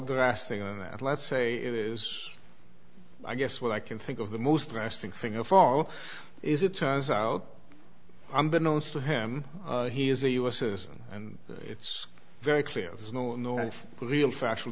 drastic than that let's say it is i guess what i can think of the most drastic thing of all is it turns out i'm been known to him he is a u s citizen and it's very clear there's no no real factual